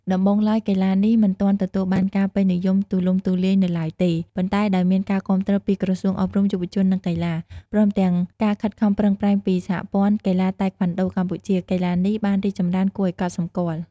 ដំបូងឡើយ កីឡានេះមិនទាន់ទទួលបានការពេញនិយមទូលំទូលាយនៅឡើយទេ ប៉ុន្តែដោយមានការគាំទ្រពីក្រសួងអប់រំ យុវជន និងកីឡា ព្រមទាំងការខិតខំប្រឹងប្រែងពីសហព័ន្ធកីឡាតៃក្វាន់ដូកម្ពុជា កីឡានេះបានរីកចម្រើនគួរឱ្យកត់សម្គាល់។